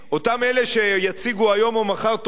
אותם אלה שיציגו היום או מחר תוכנית